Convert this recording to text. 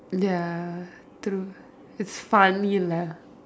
ya true it's funny lah